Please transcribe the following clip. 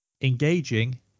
Engaging